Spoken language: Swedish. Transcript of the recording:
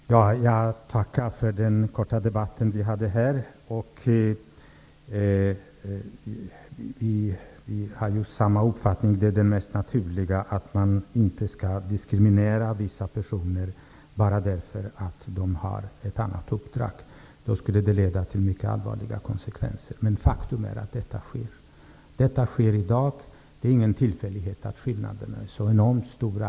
Fru talman! Jag tackar för den här korta debatten. Utbildningsministern och jag har ju samma uppfattning. Det är det mest naturliga att man inte skall diskriminera vissa personer bara därför att de har ett annat uppdrag. Det skulle leda till mycket allvarliga konsekvenser. Men faktum är att detta sker i dag. Det är ingen tillfällighet att skillnaderna är så enormt stora.